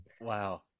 Wow